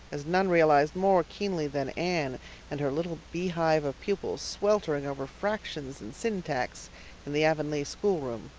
as none realized more keenly than anne and her little beehive of pupils, sweltering over fractions and syntax in the avonlea schoolroom.